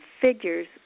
figures